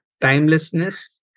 timelessness